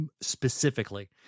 specifically